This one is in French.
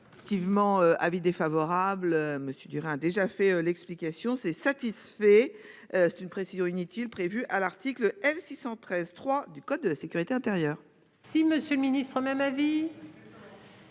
Vivement avis défavorable. Monsieur Durand a déjà fait l'explication c'est satisfait. C'est une précision inutile prévue à l'article L. 613 3 du code de la sécurité intérieure.